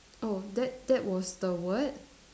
oh that that was the word